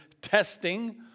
testing